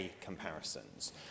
comparisons